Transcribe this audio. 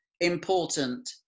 important